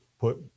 put